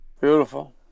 Beautiful